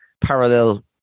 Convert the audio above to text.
parallel